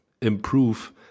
improve